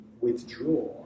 withdraw